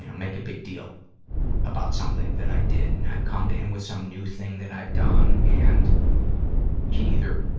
you know make a big deal about something that i did, and i'd come to him with some new thing that i'd done and he'd either,